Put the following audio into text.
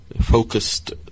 focused